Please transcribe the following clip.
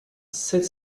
sept